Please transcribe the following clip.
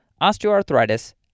osteoarthritis